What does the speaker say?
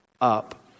up